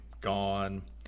gone